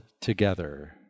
together